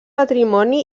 patrimoni